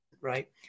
right